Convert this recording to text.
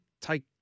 take